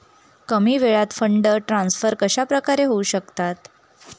कमी वेळात fund transfer कशाप्रकारे होऊ शकतात?